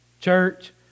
church